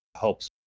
helps